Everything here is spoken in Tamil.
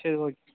சரி ஓகே